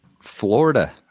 Florida